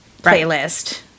playlist